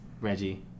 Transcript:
Reggie